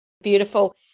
Beautiful